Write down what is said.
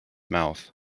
mouth